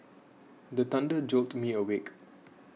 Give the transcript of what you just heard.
the thunder jolt me awake